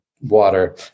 Water